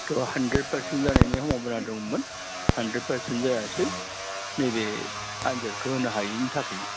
त' hundred percent जानायनि सम्भाबनया दंमोन हाण्ड्रेट पार्सेन्ट जायासै नैबे आनजादखौ होनो हायिनि थाखाय